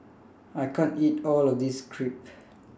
I can't eat All of This Crepe